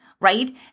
right